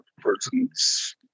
person's